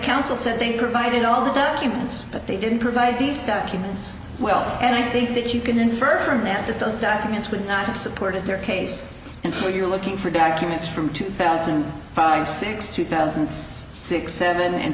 counsel said think provided all the documents but they didn't provide these documents well and i think that you can infer from that that does documents would not have supported their case and so you're looking for documents from two thousand and five six two thousand six seven and